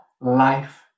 life